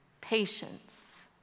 patience